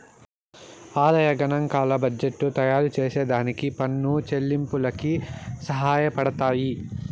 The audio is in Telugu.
ఆదాయ గనాంకాలు బడ్జెట్టు తయారుచేసే దానికి పన్ను చెల్లింపులకి సహాయపడతయ్యి